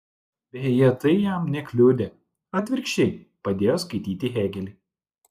beje tai jam nekliudė atvirkščiai padėjo skaityti hėgelį